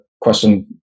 question